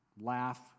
laugh